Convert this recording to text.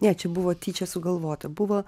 ne čia buvo tyčia sugalvota buvo